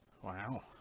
Wow